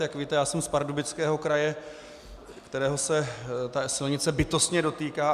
Jak víte, já jsem z Pardubického kraje, kterého se ta silnice bytostně dotýká.